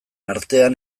artean